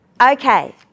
Okay